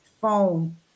phone